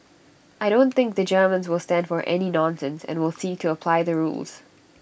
I don't think the Germans will stand for any nonsense and will seek to apply the rules